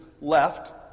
left